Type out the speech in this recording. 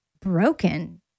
broken